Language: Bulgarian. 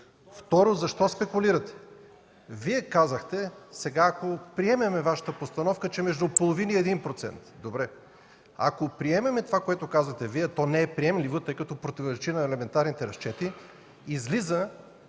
Второ, защо спекулирате? Вие казахте – сега, ако приемем Вашата постановка, че между половин и един процент, добре. Ако приемем това, което казвате Вие, то не е приемливо, тъй като противоречи на елементарните разчети. Излиза,